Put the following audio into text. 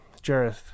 Jareth